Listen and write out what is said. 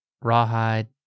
Rawhide